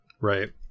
right